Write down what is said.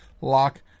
lock